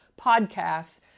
podcasts